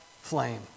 flame